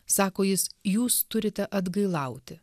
sako jis jūs turite atgailauti